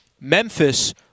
Memphis